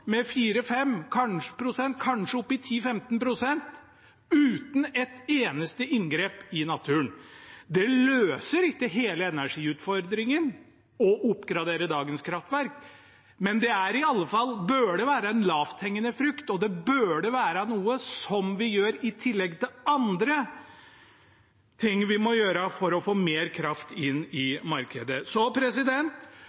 med 4–5 pst., kanskje opp i 10–15 pst., uten et eneste inngrep i naturen. Det løser ikke hele energiutfordringen å oppgradere dagens kraftverk, men det burde i alle fall være en lavthengende frukt, og det burde være noe vi gjør i tillegg til andre ting vi må gjøre for å få mer kraft inn